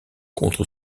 contre